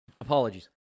Apologies